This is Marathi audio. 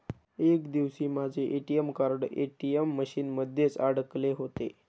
एक दिवशी माझे ए.टी.एम कार्ड ए.टी.एम मशीन मध्येच अडकले होते